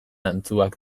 antzuak